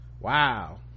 wow